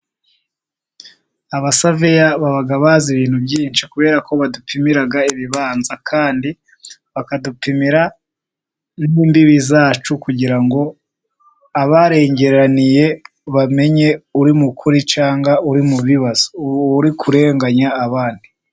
Abasaveya baba bazi ibintu byinshi, kubera ko badupimira ibibanza, kandi bakadupimira imbibi zacu, kugira ngo abarengereraniye bamenye uri mu kuri, cyangwa uri mu bibazo, uri kurenganya abandi.